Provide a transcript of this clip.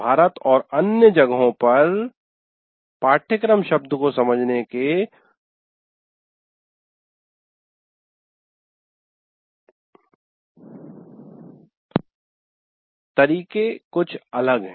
भारत और अन्य जगहों पर पाठ्यक्रम शब्द को समझने के तरीके कुछ अलग हैं